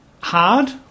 Hard